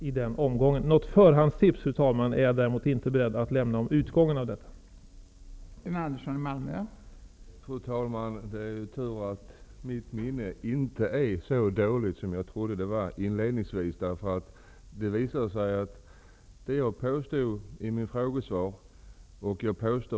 Jag är inte beredd, fru talman, att lämna några förhandsbesked om utgången av denna fråga.